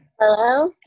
Hello